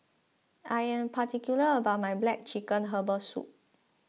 I am particular about my Black Chicken Herbal Soup